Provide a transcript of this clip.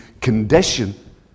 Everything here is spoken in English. condition